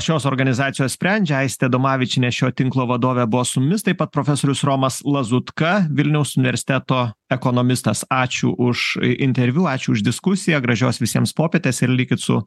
šios organizacijos sprendžia aistė adomavičienė šio tinklo vadovė buvo su mumis taip pat profesorius romas lazutka vilniaus universteto ekonomistas ačiū už interviu ačiū už diskusiją gražios visiems popietės ir likit su